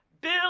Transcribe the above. Bill